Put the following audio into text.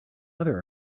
other